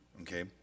Okay